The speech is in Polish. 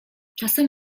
czasem